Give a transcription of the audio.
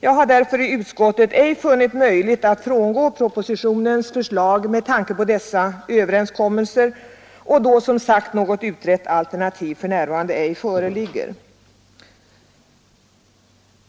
Jag har därför i utskottet ej funnit det möjligt att frångå propositionens förslag, dels med tanke på dessa överenskommelser, dels då något utrett alternativ för närvarande ej föreligger.